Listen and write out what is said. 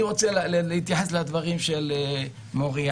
אני רוצה להתייחס לדברים של מוריה.